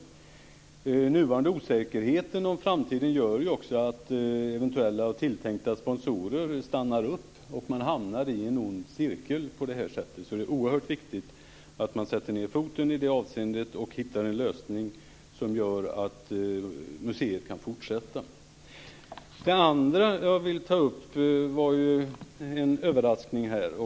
Den nuvarande osäkerheten om framtiden gör också att eventuella tilltänkta sponsorer stannar upp, och man hamnar på det sättet i en ond cirkel. Det är alltså oerhört viktigt att man sätter ned foten i det här avseendet och hittar en lösning som gör att museet kan fortsätta. För det andra vill jag ta upp det som var en överraskning här.